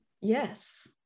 Yes